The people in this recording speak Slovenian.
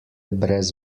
brez